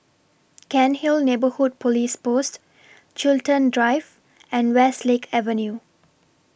Cairnhill Neighbourhood Police Post Chiltern Drive and Westlake Avenue